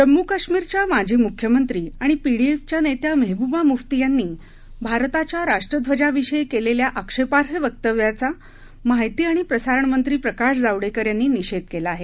जम्मू काश्मीरच्या माजी मुख्यमंत्री आणि पीडीपीच्या नेत्या मेहबुबा मुफ्ती यांनी भारताच्या राष्ट्रध्वजाविषयी केलेल्या आक्षेपार्ह वक्तव्याचा माहिती आणि प्रसारणमंत्री प्रकाश जावडेकर यांनी निषेध केला आहे